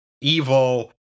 evil